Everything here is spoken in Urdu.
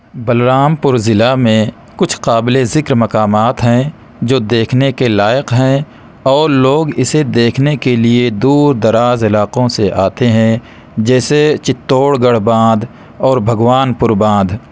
بلرام پور ضلع میں کچھ قابل ذکر مقامات ہیں جو دیکھنے کے لائق ہیں اور لوگ اسے دیکھنے کے لئے دور دراز علاقوں سے آتے ہیں جیسے چتوڑ گڑھ باندھ اور بھگوان پور باندھ